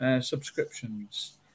subscriptions